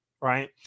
Right